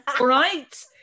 right